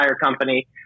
company